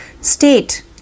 state